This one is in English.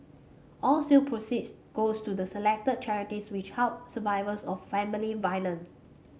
all sale proceeds go to selected charities which help survivors of family violent